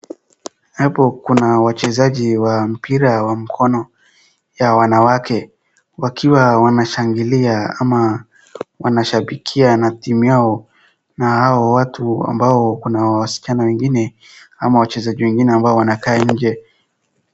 Hapo kuna wachezaji wa mpira wa mkono ya wanawake wakiwa wanashangilia ama wanashabikia na timu yao. Na hao watu ambao kuna wasichana wengine ama wachezaji wengine ambao wanakaa nje.